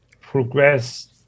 progress